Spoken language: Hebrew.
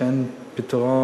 שאין להם פתרון,